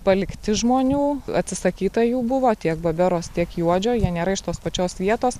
palikti žmonių atsisakyta jų buvo tiek baberos tiek juodžio jie nėra iš tos pačios vietos